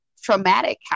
traumatic